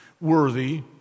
worthy